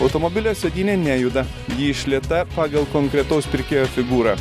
automobilio sėdynė nejuda ji išlieta pagal konkretaus pirkėjo figūrą